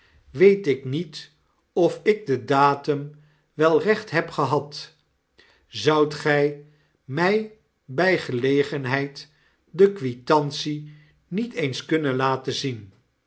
weet ik niet of ik den datum welrechtheb gehad zoudt gij mij bij gelegenheid de quitantie niet eens kunnen laten zien